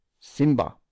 SIMBA